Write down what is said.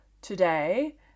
today